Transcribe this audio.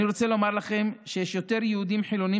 אני רוצה לומר לכם שיש יותר יהודים חילונים